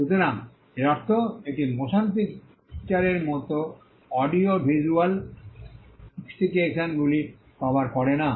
সুতরাং এর অর্থ এটি মোশন পিকচারের মতো অডিও ভিজ্যুয়াল ফিক্সিকেশনগুলি কভার করে না